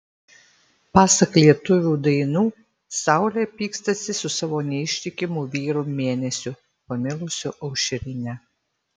pasak lietuvių dainų saulė pykstasi su savo neištikimu vyru mėnesiu pamilusiu aušrinę